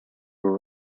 were